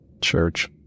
Church